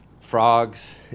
frogs